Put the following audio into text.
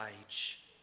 age